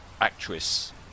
actress